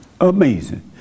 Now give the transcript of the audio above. Amazing